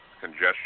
Congestion